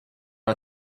are